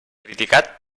criticat